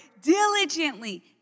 diligently